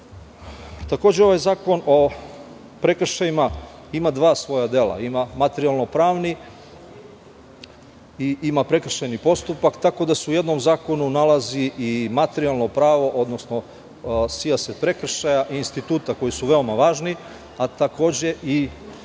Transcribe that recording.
budžeta. Ovaj Zakon o prekršajima ima dva svoja dela. Ima materijalno pravni i ima prekršajni postupak, tako da se u jednom zakonu nalazi i materijalno pravo, odnosno sijaset prekršaja i instituta koji su veoma važni, a takođe i prekršajni